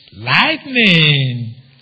lightning